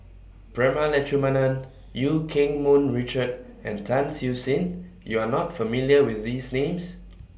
Prema Letchumanan EU Keng Mun Richard and Tan Siew Sin YOU Are not familiar with These Names